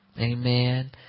Amen